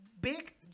big